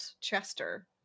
chester